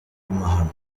mahano